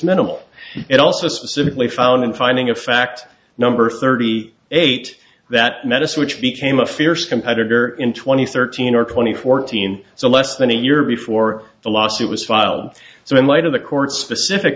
minimal it also specifically found in finding of fact number thirty eight that medicine which became a fierce competitor in twenty thirteen or twenty fourteen so less than a year before the lawsuit was filed so in light of the court's specific